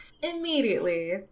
Immediately